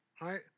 right